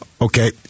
okay